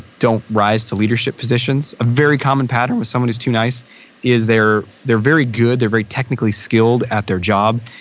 don't rise to leadership positions. a very common pattern with someone who's too nice is they're they're very good, they're very technically skilled at their job.